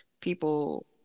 people